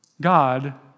God